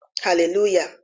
Hallelujah